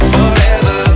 Forever